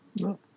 no